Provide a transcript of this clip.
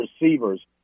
receivers